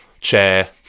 chair